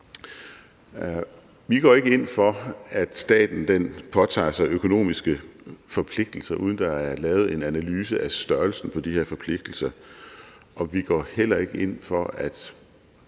Vi går ikke ind for, at staten påtager sig økonomiske forpligtelser, uden der er lavet en analyse af størrelsen på de her forpligtelser. Og vi går heller ikke ind for, at